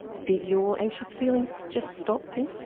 did your anxious feelings just stop then?